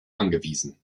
angewiesen